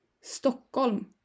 Stockholm